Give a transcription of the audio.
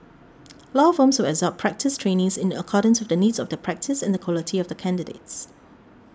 law firms will absorb practice trainees in accordance with the needs of their practice and the quality of the candidates